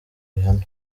rihanna